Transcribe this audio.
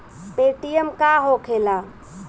Paytm का होखेला?